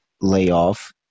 layoff